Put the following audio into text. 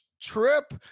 trip